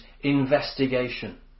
investigation